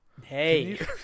Hey